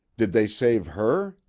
did they save her?